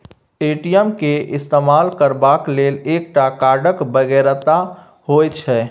ATM केर इस्तेमाल करबाक लेल एकटा कार्डक बेगरता होइत छै